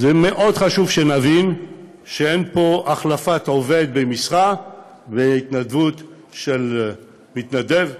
זה מאוד חשוב שנבין שאין פה החלפת עובד במשרה בהתנדבות של מתנדב.